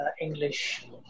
English